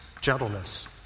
gentleness